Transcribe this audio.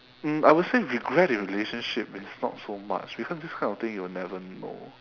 um I would say regret the relationship is not so much because this kind of thing you will never know